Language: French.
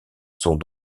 sont